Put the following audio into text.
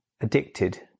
addicted